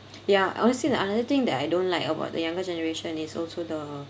ya honestly the another thing that I don't like about the younger generation is also the